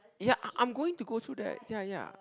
ya I I'm going to go through that ya ya